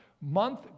month